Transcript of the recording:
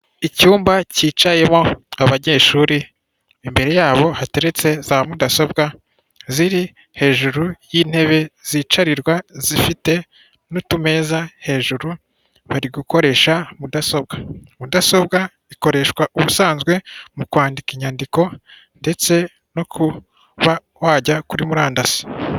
Icyumba kicayemo abanyeshuri, imbere yabo hateretse za mudasobwa ziri hejuru y'intebe zicarirwa zifite n'utumeza hejuru bari gukoresha mudasobwa. Mudasobwa ikoreshwa ubusanzwe mu kwandika inyandiko ndetse no kuba wajya kuri murandasi.